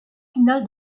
final